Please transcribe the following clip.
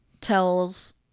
tells